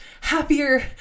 happier